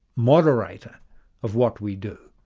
moderator of what we do,